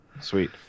Sweet